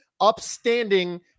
upstanding